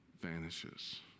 vanishes